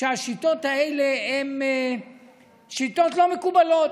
שהן שיטות לא מקובלות.